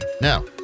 Now